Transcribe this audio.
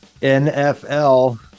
NFL